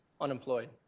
unemployed